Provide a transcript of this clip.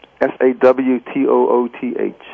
S-A-W-T-O-O-T-H